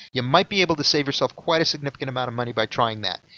you might be able to save yourself quite a significant amount of money by trying that.